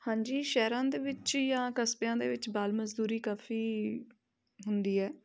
ਹਾਂਜੀ ਸ਼ਹਿਰਾਂ ਦੇ ਵਿੱਚ ਜਾਂ ਕਸਬਿਆਂ ਦੇ ਵਿੱਚ ਬਾਲ ਮਜ਼ਦੂਰੀ ਕਾਫ਼ੀ ਹੁੰਦੀ ਹੈ